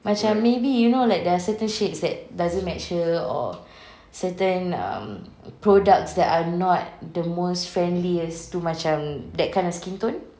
macam maybe you know there are certain shades that doesn't match her or certain um products that are not the most friendliest to macam that kind of skin tone